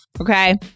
okay